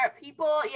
people